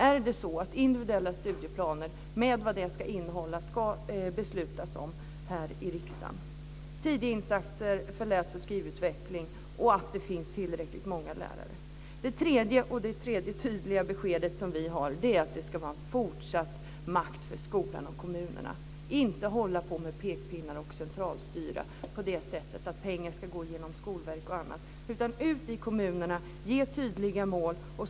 Är individuella studieplaner med allt vad de ska innehålla något man ska besluta om här i riksdagen - liksom om tidiga insatser för läs och skrivutveckling och om att det ska finnas tillräckligt många lärare? Det tredje tydliga beskedet vi har är att det ska vara fortsatt makt för skolan och kommunerna. Vi ska inte hålla på med pekpinnar och centralstyre genom att pengar ska gå genom skolverk och annat. Vi ska i stället ut i kommunerna och ge tydliga mål.